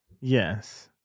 yes